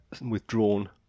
withdrawn